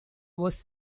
was